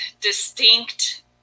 distinct